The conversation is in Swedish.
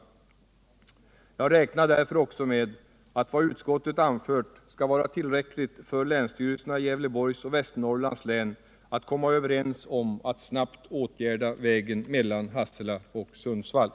Jag räknar också med att vad utskottet anfört skall vara tillräckligt för länstyrelserna i Gävleborgs och Västernorrlands län att komma överens om att snabbt åtgärda vägen mellan Hassela och Sundsvall.